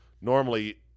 Normally